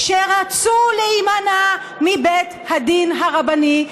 שרצו להימנע מבית הדין הרבני,